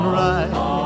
right